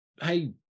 hey